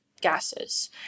gases